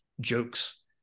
jokes